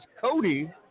Cody